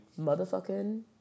Motherfucking